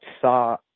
saw